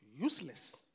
Useless